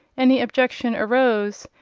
any objection arose,